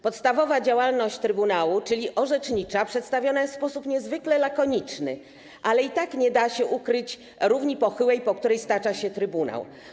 Podstawowa działalność trybunału, czyli działalność orzecznicza, przedstawiona jest w sposób niezwykle lakoniczny, ale i tak nie da się ukryć równi pochyłej, po której stacza się trybunał.